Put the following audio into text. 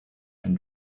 and